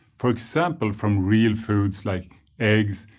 for example from real foods like eggs,